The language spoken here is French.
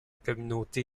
communauté